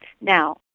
Now